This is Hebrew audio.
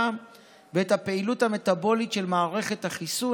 ואת הפעילות המטבולית של מערכת החיסון,